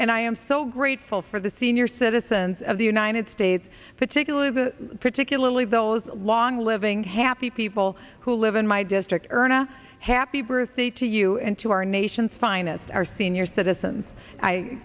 and i am so grateful for the senior citizens of the united states particularly the particularly those long living happy people who live in my district earn a happy birthday to you and to our nation's finest our senior citizens i